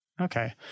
Okay